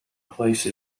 place